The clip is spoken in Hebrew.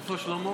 אדוני השר, אתה